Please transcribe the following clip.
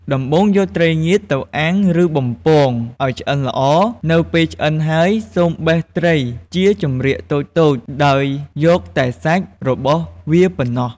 ដំបូង យកត្រីងៀតទៅអាំង ឬបំពងឲ្យឆ្អិនល្អ នៅពេលឆ្អិនហើយ សូមបេះត្រីជាចម្រៀកតូចៗ ដោយយកតែសាច់របស់វាប៉ុណ្ណោះ។